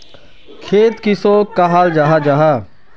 खेत किसोक कहाल जाहा जाहा?